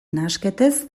nahasketez